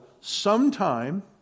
sometime